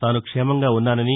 తాను క్షేమంగా ఉన్నానని